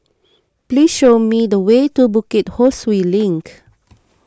please show me the way to Bukit Ho Swee Link